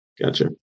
Gotcha